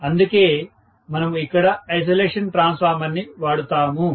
అందుకే మనము ఇక్కడ ఐసొలేషన్ ట్రాన్స్ఫార్మర్ ని వాడుతాము